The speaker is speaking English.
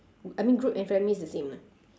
I mean group and family is the same